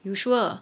you sure